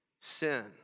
sin